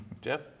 Jeff